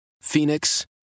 Phoenix